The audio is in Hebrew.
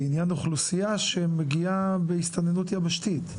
לעניין אוכלוסייה שמגיעה בהסתננות יבשתית?